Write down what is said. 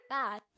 Bad